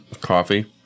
Coffee